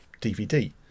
DVD